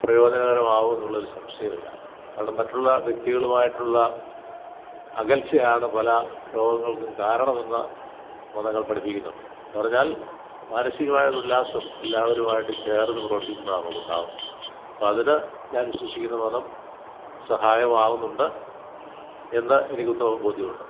പ്രയോജനകരമാവും എന്നുള്ളതിൽ സംശയമില്ല കാരണം മറ്റുള്ള വ്യക്തികളുമായിട്ടുള്ള അകൽച്ചയാണ് പല രോഗങ്ങൾക്കും കാരണമെന്ന് മതങ്ങൾ പഠിപ്പിക്കുന്നുണ്ട് എന്ന് പറഞ്ഞാൽ മാനസികമായ ഒരു ഉല്ലാസം എല്ലാവരുമായിട്ട് ചേർന്ന് പ്രവർത്തിക്കുമ്പോഴാണല്ലോ ഉണ്ടാവുന്നത് അപ്പോൾ അതിന് ഞാൻ വിശ്വസിക്കുന്ന മതം സഹായമാവുന്നുണ്ട് എന്ന് എനിക്ക് ഉത്തമ ബോധ്യമുണ്ട്